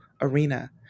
arena